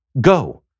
Go